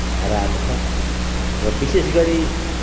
भएर आएको छ र विशेषगरी